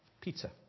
pizza